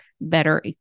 better